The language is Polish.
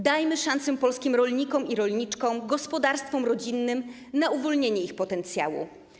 Dajmy szansę polskim rolnikom i rolniczkom, gospodarstwom rodzinnym na uwolnienie ich potencjału.